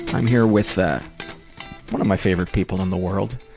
i'm here with ah one of my favorite people in the world.